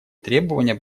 требования